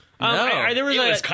No